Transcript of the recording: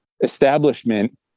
establishment